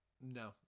No